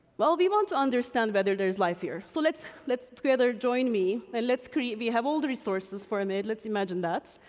well, we want to understand whether there's life here, so let's, let's together join me, and let's create, we have all the resources for it, let's imagine that.